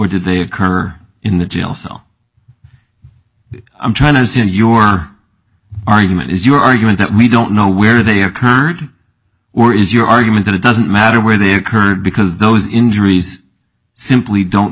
did they occur in the jail cell i'm trying as in your argument is your argument that we don't know where they occurred or is your argument that it doesn't matter where they occurred because those injuries simply don't